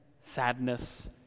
sadness